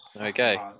Okay